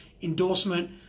endorsement